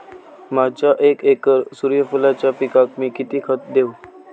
माझ्या एक एकर सूर्यफुलाच्या पिकाक मी किती खत देवू?